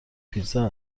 پیتزا